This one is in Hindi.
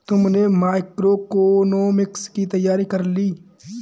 तुमने मैक्रोइकॉनॉमिक्स की तैयारी कर ली?